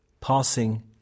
passing